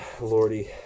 Lordy